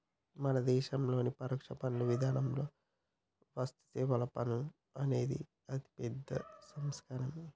మన దేశంలోని పరోక్ష పన్నుల విధానంలో వస్తుసేవల పన్ను అనేది ఒక అతిపెద్ద సంస్కరనే